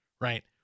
right